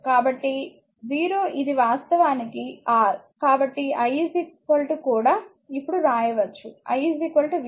కాబట్టి o ఇది వాస్తవానికి R కాబట్టి i కూడా ఇప్పుడు వ్రాయవచ్చు